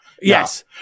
Yes